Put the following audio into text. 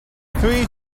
three